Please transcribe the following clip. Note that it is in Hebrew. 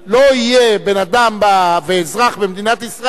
לא יהיה בן-אדם ואזרח במדינת ישראל,